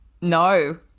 No